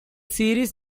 series